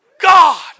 God